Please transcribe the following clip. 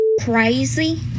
crazy